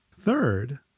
third